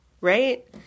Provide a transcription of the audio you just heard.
Right